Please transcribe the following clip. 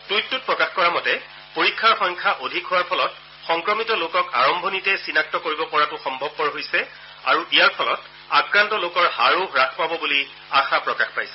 টুইটটোত প্ৰকাশ কৰা মতে পৰীক্ষাৰ সংখ্যা অধিক হোৱাৰ ফলত সংক্ৰমিত লোকক আৰম্ভণিতে চিনাক্ত কৰিব পৰাটো সম্ভৱপৰ হৈছে আৰু ইয়াৰ ফলত আক্ৰান্ত লোকৰ হাৰো হ্বাস পাব বুলি আশা প্ৰকাশ পাইছে